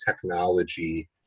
technology